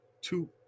two